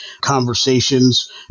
Conversations